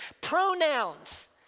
pronouns